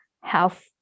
health